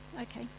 Okay